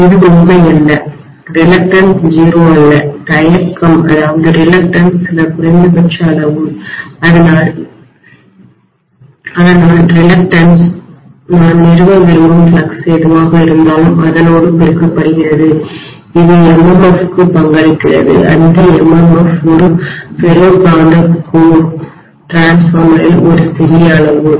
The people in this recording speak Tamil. இது உண்மையல்ல தயக்கம்ரிலக்டன்ஸ் 0 அல்ல தயக்கம்ரிலக்டன்ஸ் சில குறைந்தபட்ச அளவு அதனால் தயக்கம்ரிலக்டன்ஸ் நான் நிறுவ விரும்பும் ஃப்ளக்ஸ் எதுவாக இருந்தாலும் அதனோடு பெருக்கப்படுகிறது இது MMF க்கு பங்களிக்கிறது அந்த MMF ஒரு ஃபெரோ காந்த கோர் மின்மாற்றியில்டிரான்ஸ்ஃபார்மரில் ஒரு சிறிய அளவு